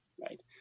Right